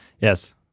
Yes